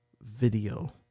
Video